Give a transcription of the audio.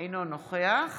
אינו נוכח